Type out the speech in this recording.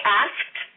asked